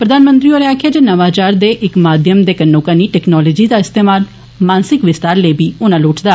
प्रधानमंत्री होरें आक्खेआ जे नवाचार दे इक माध्यम दे कन्नो कन्नी टैक्नोलोजी दा इस्तेमाल मानसिक विस्तार लेई बी होना लोड़चदा